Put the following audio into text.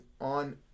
on